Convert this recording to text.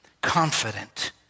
confident